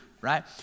right